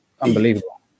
Unbelievable